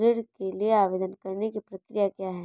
ऋण के लिए आवेदन करने की प्रक्रिया क्या है?